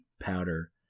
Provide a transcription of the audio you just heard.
powder